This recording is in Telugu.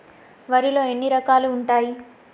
వరిలో ఎన్ని రకాలు ఉంటాయి?